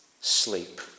sleep